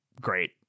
great